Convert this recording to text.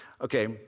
Okay